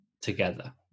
together